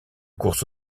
course